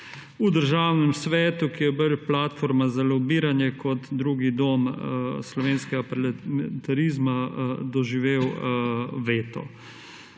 v Državnem svetu, ki je bolj platforma za lobiranje kot drugi dom slovenskega parlamentarizma, doživel veto.